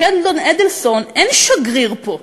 לשלדון אדלסון אין שגריר פה.